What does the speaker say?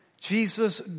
Jesus